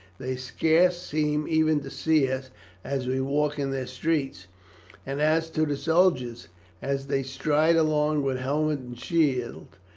they scarce seem even to see us as we walk in their streets and as to the soldiers as they stride along with helmet and shield,